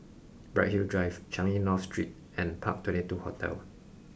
Bright Hill Drive Changi North Street and Park twenty two Hotel